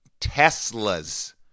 Teslas